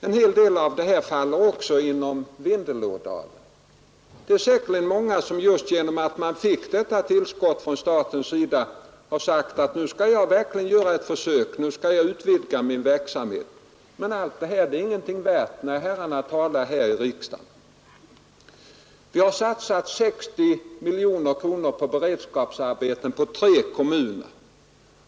En hel del av det hå” faller också inom Vindelådalen. Det är åtskilliga företagare som iuwst sviter att de fick detta tillskott från staten har sagt: Nu skall jag verkligen göra ett försök — nu skall jag utvidga min verksamhet. Men allt detta tycks ingenting vara värt när herrarna talar här i riksdagen. Vi har satsat 60 miljoner kronor på beredskapsarbeten inom tre kommuner.